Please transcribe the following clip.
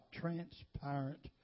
transparent